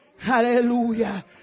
Hallelujah